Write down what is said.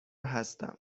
هستم